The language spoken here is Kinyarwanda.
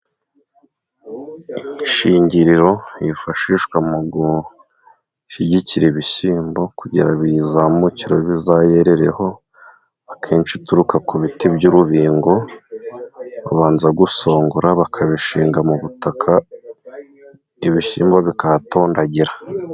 Imishingiriro yifashishwa mu gushyigikira ibishyimbo, kugira bizamukireho, bizayerereho, akenshi ituruka ku biti by'urubingo babanza gusongora, bakabishinga mu butaka, ibihingwa bikahatondagira.